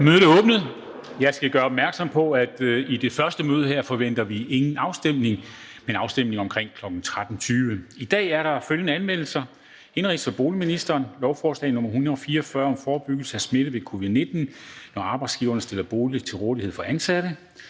Mødet er åbnet. Jeg skal gøre opmærksom på, at i det første møde her forventer vi ingen afstemning. Afstemninger vil finde sted i det næste møde kl. 13.20. I dag er der følgende anmeldelser: Indenrigs- og boligministeren (Kaare Dybvad Bek): Lovforslag nr. L 144 (Forslag til lov om forebyggelse af smitte med covid-19 når arbejdsgivere stiller bolig til rådighed for ansatte).